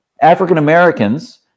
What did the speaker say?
African-Americans